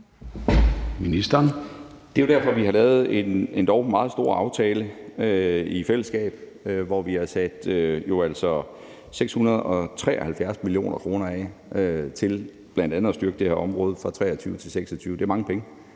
Det er jo derfor, vi har lavet en endog meget stor aftale i fællesskab, hvor vi altså har sat 673 mio. kr. af til bl.a. at styrke det her område fra 2023 til 2026. Det er mange penge,